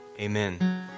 amen